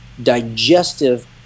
Digestive